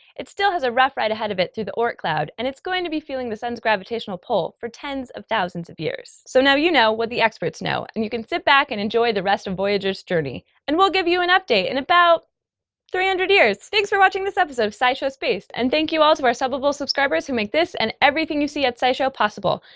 it still has a rough ride ahead of it through the oort cloud and it's going to be feeling the sun's gravitational pull for tens of thousands of years. so now you know what the experts know and you can sit back and enjoy the rest of voyager's journey, and we'll give you an update in about three hundred years. thanks for watching this episode of scishow space and thank you all to our subbable subscribers who make this and everything you see at scishow possible.